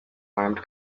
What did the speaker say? armed